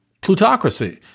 plutocracy